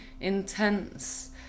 intense